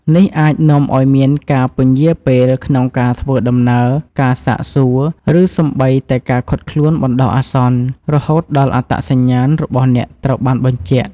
នេះអាចនាំឱ្យមានការពន្យារពេលក្នុងការធ្វើដំណើរ ការសាកសួរ ឬសូម្បីតែការឃាត់ខ្លួនបណ្ដោះអាសន្ន រហូតដល់អត្តសញ្ញាណរបស់អ្នកត្រូវបានបញ្ជាក់។